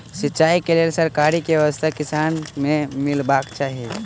सिंचाई केँ लेल सरकारी की व्यवस्था किसान केँ मीलबाक चाहि?